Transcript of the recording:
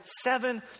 seven